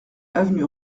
avenue